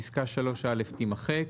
פסקה (3א) תימחק,